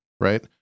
right